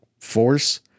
force